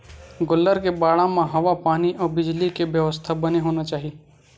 गोल्लर के बाड़ा म हवा पानी अउ बिजली के बेवस्था बने होना चाही